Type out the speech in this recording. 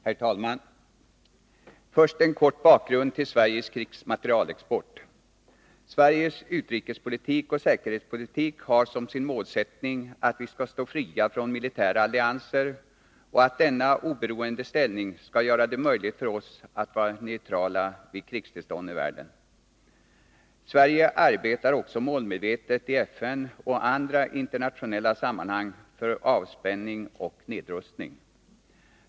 Herr talman! Först en kort bakgrund till Sveriges krigsmaterielexport. Sveriges utrikespolitik och säkerhetspolitik har som sin målsättning att vi skall stå fria från militära allianser och att denna oberoende ställning skall göra det möjligt för oss att vara neutrala vid krigstillstånd i omvärlden. Sverige arbetar också målmedvetet i FN och andra internationella sammanhang för avspänning och nedrustning.